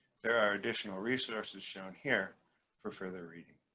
there are additional resources shown here for further reading.